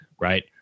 right